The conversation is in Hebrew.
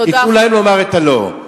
תנו להם לומר את ה"לא".